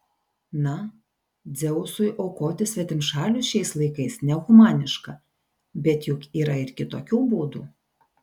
na dzeusui aukoti svetimšalius šiais laikais nehumaniška bet juk yra ir kitokių būdų